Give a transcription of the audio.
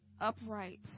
upright